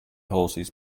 horses